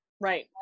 Right